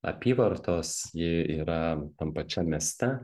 apyvartos ji yra tam pačiam mieste